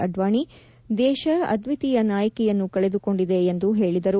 ಅಡ್ವಾಣಿ ದೇಶ ಅದ್ವೀತಿಯ ನಾಯಕಿಯನ್ನು ಕಳೆದುಕೊಂಡಿದೆ ಎಂದು ಹೇಳಿದರು